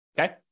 Okay